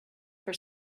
for